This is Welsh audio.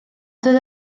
doedd